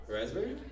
Raspberry